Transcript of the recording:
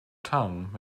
tongue